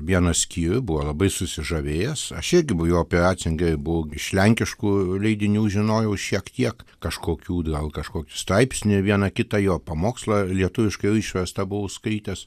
vieną skyrių buvo labai susižavėjęs aš irgi jau apie ratzingerį buvau iš lenkiškų leidinių žinojau šiek tiek kažkokių gal kažkokį straipsnį vieną kitą jo pamokslą lietuviškai išverstą buvau skaitęs